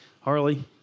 Harley